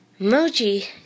emoji